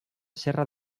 serra